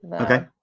Okay